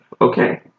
Okay